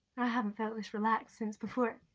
i haven't felt this relaxed since before.